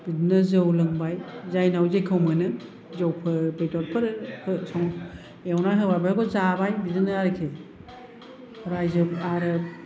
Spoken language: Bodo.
बिदिनो जौ लोंबाय जायनियाव जेखौ मोनो जौफोर बेदरफोर संना एवना होबा बेफोरखौ जाबाय बिदिनो आरोखि रायजो आरो